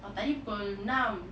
tadi pukul enam